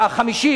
אחראית?